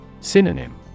Synonym